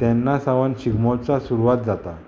तेन्ना सावन शिगमोत्सवाक सुरवात जाता